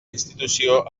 institució